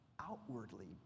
outwardly